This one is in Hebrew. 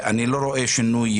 אני לא רואה שינוי